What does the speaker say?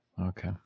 Okay